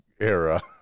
era